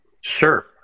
Sure